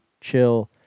chill